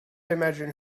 imagine